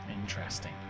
interesting